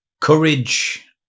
Courage